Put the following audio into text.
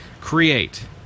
Create